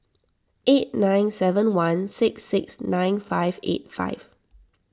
eight nine seven one six six nine five eight five